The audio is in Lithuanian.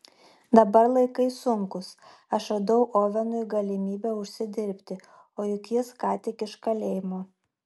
dabar laikai sunkūs aš radau ovenui galimybę užsidirbti o juk jis ką tik iš kalėjimo